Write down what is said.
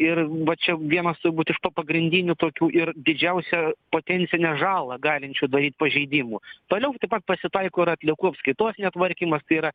ir va čia vienas turbūt iš to pagrindinių tokių ir didžiausią potencinę žalą galinčių daryt pažeidimų toliau taip pat pasitaiko ir atliekų apskaitos netvarkymas tai yra